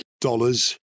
dollars